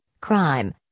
Crime